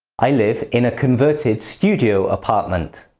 i live in a converted studio apartment.